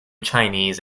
chinese